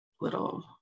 little